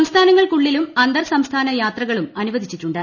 സംസ്ഥാനങ്ങൾക്കുള്ളിലും അന്തർ സംസ്ഥാന യാത്രകളും അനുവദിച്ചിട്ടുണ്ട്